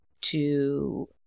to-